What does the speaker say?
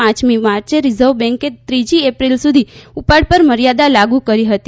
પાંચમી માર્યે રીઝર્વ બેન્કે ત્રીજી એપ્રિલ સુધી ઉપાડ પર મર્યાદા લાગુ કરી હતી